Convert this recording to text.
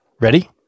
Ready